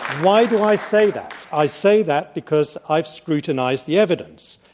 why do i say that? i say that because i've scrutin ized the evidence.